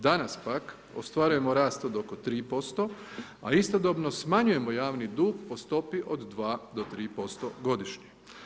Danas pak, ostvarujemo rast od oko 3%, a istodobno smanjujemo javni dug po stopi od 2 do 3% godišnje.